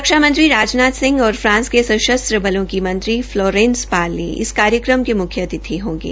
रक्षा मंत्री राजनाथ सिंह और फ्रांस के सशस्त्र बलों के मंत्री फलोरेंस पार्ले इस कार्यक्रम के म्ख्य अतिथि होंगे